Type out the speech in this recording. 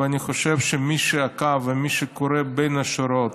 ואני חושב שמי שעקב ומי שקורא בין השורות